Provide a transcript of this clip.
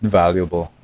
valuable